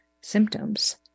symptoms